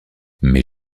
mais